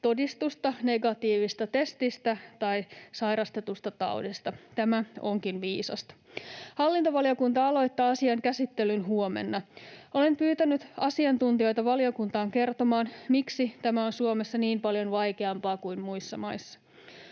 todistusta negatiivisesta testistä tai sairastetusta taudista. Tämä onkin viisasta. Hallintovaliokunta aloittaa asian käsittelyn huomenna. Olen pyytänyt asiantuntijoita valiokuntaan kertomaan, miksi tämä on Suomessa niin paljon vaikeampaa kuin muissa maissa.